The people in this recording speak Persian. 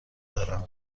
دارم